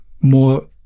more